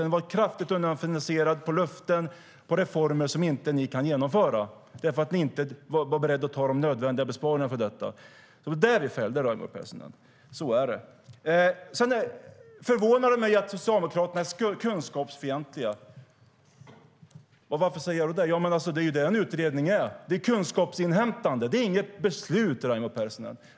Den var kraftigt underfinansierad med löften och reformer som ni inte kan genomföra för att ni inte var beredda att göra de nödvändiga besparingarna. Det var det vi fällde, Raimo Pärssinen.Det förvånar mig att Socialdemokraterna är kunskapsfientliga. En utredning är kunskapsinhämtande och inget beslut, Raimo Pärssinen.